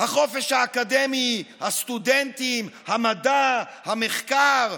החופש האקדמי, הסטודנטים, המדע, המחקר,